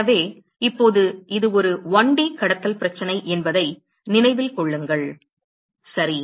எனவே இப்போது இது ஒரு 1D கடத்தல் பிரச்சனை என்பதை நினைவில் கொள்ளுங்கள் சரி